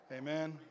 Amen